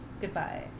Goodbye